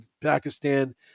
Pakistan